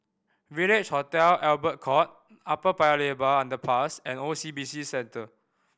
Village Hotel Albert Court Upper Paya Lebar Underpass and O C B C Centre